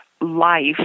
life